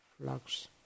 flux